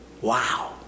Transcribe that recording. Wow